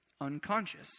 unconscious